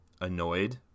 annoyed